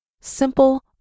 Simple